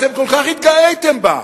אתם כל כך התגאיתם בה.